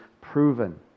proven